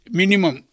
minimum